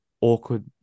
awkward